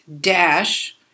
dash